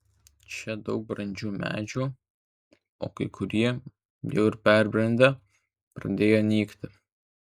čia daug brandžių medžių o kai kurie jau ir perbrendę pradėję nykti